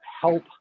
help